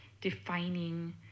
defining